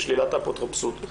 בשלילת האפוטרופסות.